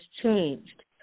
changed